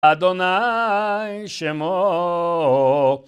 ה' שמו